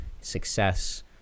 success